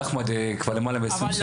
ואחמד כבר למעלה מ-20 שנה --- אבל